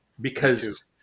because-